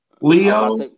Leo